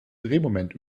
drehmoment